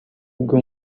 bwo